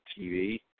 TV